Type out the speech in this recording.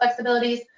flexibilities